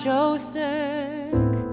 Joseph